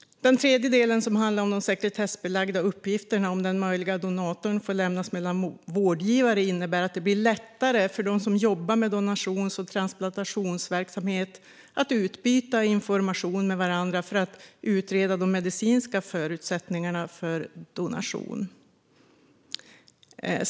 Den tredje delen handlar om att sekretessbelagda uppgifter om den möjliga donatorn får lämnas mellan vårdgivare. Det innebär att det blir lättare för dem som jobbar med donations och transplantationsverksamhet att utbyta information med varandra för att utreda de medicinska förutsättningarna för donation.